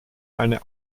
eine